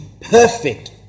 perfect